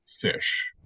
fish